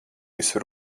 visu